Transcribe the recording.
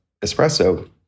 espresso